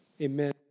Amen